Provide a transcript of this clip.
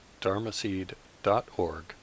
dharmaseed.org